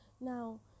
Now